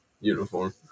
uniform